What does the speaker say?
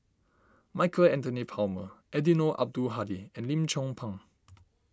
Michael Anthony Palmer Eddino Abdul Hadi and Lim Chong Pang